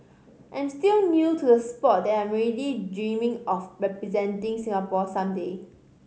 I am still new to the sport that I am already dreaming of representing Singapore some day